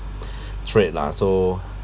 trait lah so